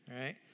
right